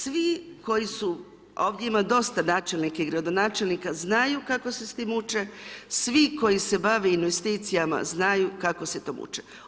Svi koji su, ovdje ima dosta načelnika i gradonačelnika, znaju kako se s tim muče, svi koji se bave investicijama znaju kako se to muče.